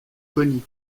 coni